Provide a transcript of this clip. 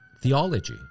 Theology